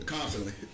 Constantly